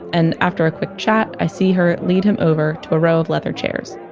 and after a quick chat, i see her lead him over to a row of leather chairs.